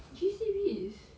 G_C_B is